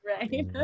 right